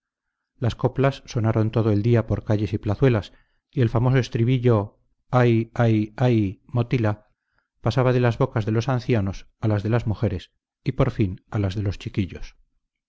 las coplas sonaron todo el día por calles y plazuelas y el famoso estribillo ay ay ay motilá pasaba de las bocas de los ancianos a las de las mujeres y por fin a las de los chiquillos